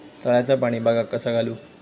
तळ्याचा पाणी बागाक कसा घालू?